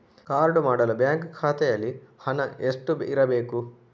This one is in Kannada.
ಕಾರ್ಡು ಮಾಡಲು ಬ್ಯಾಂಕ್ ಖಾತೆಯಲ್ಲಿ ಹಣ ಎಷ್ಟು ಇರಬೇಕು?